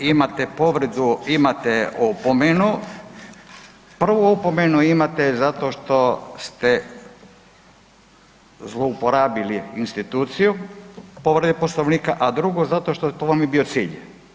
Imate povredu, imate opomenu, prvu opomenu imate zato što ste zlouporabili instituciju povrede Poslovnika, a drugu zato što to vam je bio cilj.